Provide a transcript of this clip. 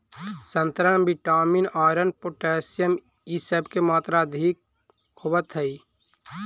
संतरा में vitamin, iron, potassium इ सब के मात्रा अधिक होवऽ हई